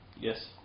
Yes